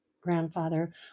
grandfather